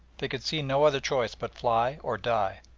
they could see no other choice but fly or die,